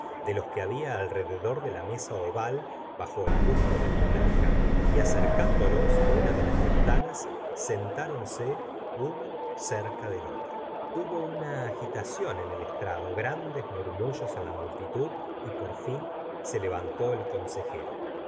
de los que había alrededor de la mesa oval bajo el busto del monarca y acercándolos una de las ventanas sentronse uno cerca de otro hubo una agitación en el estrado grandes murmullos en la multitud y por fin se levantó el consejero